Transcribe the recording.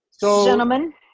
Gentlemen